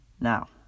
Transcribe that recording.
Now